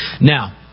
Now